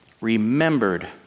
remembered